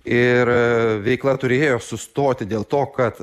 ir veikla turėjo sustoti dėl to kad